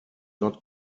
not